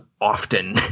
often